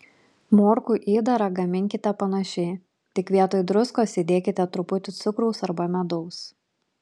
morkų įdarą gaminkite panašiai tik vietoj druskos įdėkite truputį cukraus arba medaus